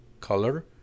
Color